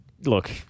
Look